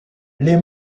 les